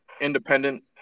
independent